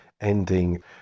ending